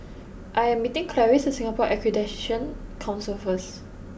I am meeting Clarice at Singapore Accreditation Council first